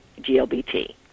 glbt